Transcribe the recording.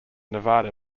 nevada